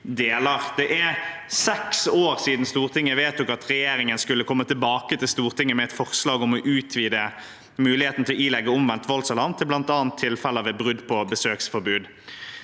Det er seks år siden Stortinget vedtok at regjeringen skulle komme tilbake til Stortinget med et forslag om å utvide muligheten til å ilegge omvendt voldsalarm til bl.a. tilfeller ved brudd på besøksforbud.